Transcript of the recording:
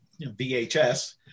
VHS